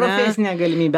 profesinė galimybė